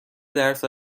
درصد